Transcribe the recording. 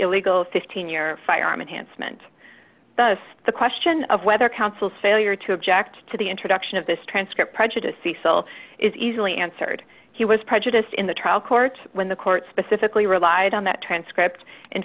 illegal fifteen year firearm unhandsome and thus the question of whether counsel's failure to object to the introduction of this transcript prejudiced cecil is easily answered he was prejudiced in the trial court when the court specifically relied on that transcript in